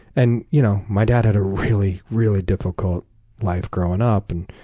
and you know my dad had a really really difficult life growing up, and